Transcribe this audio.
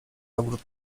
ogród